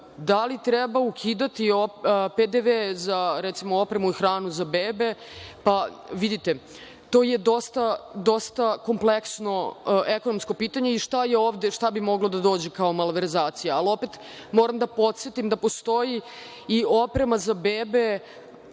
Da li treba ukidati PDV za opremu i hranu za bebe, vidite, to je dosta kompleksno ekonomsko pitanje i šta bi moglo da dođe kao malverzacija, ali, opet, moram da podsetim da postoji i oprema za bebe